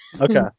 Okay